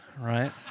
right